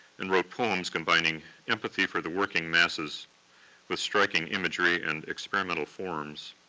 and wrote poems combining empathy for the working masses with striking imagery and experimental forms.